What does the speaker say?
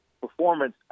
performance